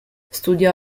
studiò